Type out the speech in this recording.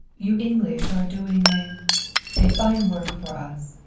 you english are doing a a fine work for us,